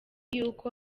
yuko